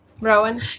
Rowan